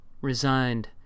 resigned